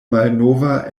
malnova